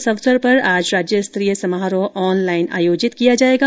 इस अवसर पर आज राज्य स्तरीय समारोह ऑनलाइन आयोजित किया जाएगा